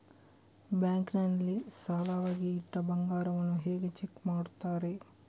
Bank ನಲ್ಲಿ ಸಾಲವಾಗಿ ಇಟ್ಟ ಬಂಗಾರವನ್ನು ಹೇಗೆ ಚೆಕ್ ಮಾಡುತ್ತಾರೆ?